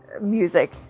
music